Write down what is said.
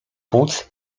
płuc